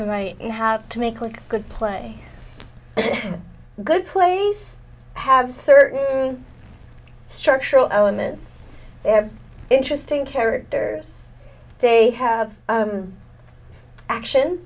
you might have to make look good play good place have certain structural elements interesting characters they have action